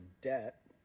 debt